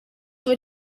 what